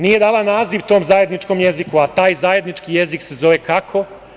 Nije dala naziv tom zajedničkom jeziku, a taj zajednički jezik se zove kako?